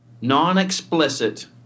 non-explicit